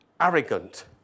arrogant